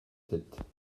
tête